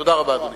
תודה רבה, אדוני.